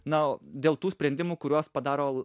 na dėl tų sprendimų kuriuos padaro